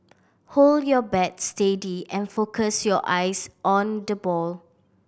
hold your bat steady and focus your eyes on the ball